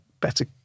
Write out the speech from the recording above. better